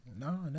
No